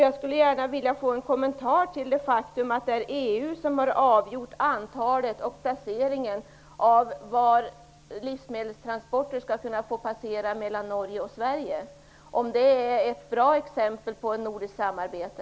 Jag skulle gärna vilja ha en kommentar till det faktum att det är EU som har avgjort antalet och placeringen av de ställen där livsmedelstransporter skall kunna få passera mellan Norge och Sverige. Är det ett bra exempel på nordiskt samarbete?